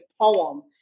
poem